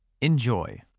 Enjoy